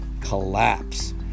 collapse